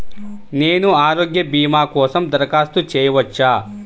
నేను ఆరోగ్య భీమా కోసం దరఖాస్తు చేయవచ్చా?